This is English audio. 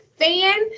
fan